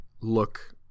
look